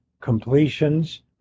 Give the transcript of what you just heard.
completions